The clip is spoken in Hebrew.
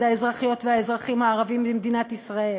האזרחיות והאזרחים הערביים במדינת ישראל.